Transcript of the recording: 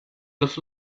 los